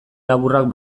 laburrak